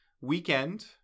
Weekend